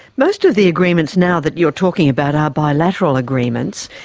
most of the agreements now that you are talking about are bilateral agreements.